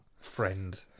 Friend